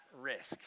risk